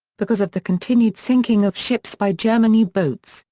because of the continued sinking of ships by german u-boats,